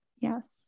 yes